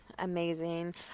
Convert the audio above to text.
Amazing